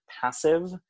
passive